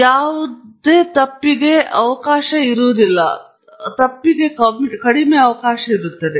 ಆದ್ದರಿಂದ ಅಲ್ಲಿಗೆ ಯಾವುದೇ ತಪ್ಪಿಸೂ ಇಲ್ಲ